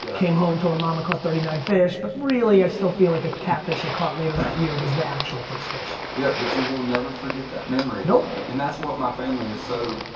came home told my mom i caught thirty nine fish, but really i still feel like a catfish i caught later that year was the actual first fish. yeah, but you will never forget that memory. nope. and that's what my family is so,